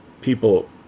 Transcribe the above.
people